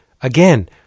again